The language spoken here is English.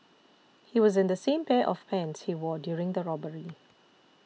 he was in the same pair of pants he wore during the robbery